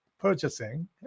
purchasing